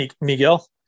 miguel